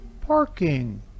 parking